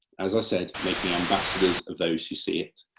as i said, making ambassadors of those who see it,